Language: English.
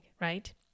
right